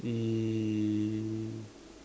uh